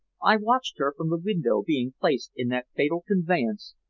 i watched her from the window being placed in that fatal conveyance,